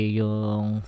yung